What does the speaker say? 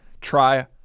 try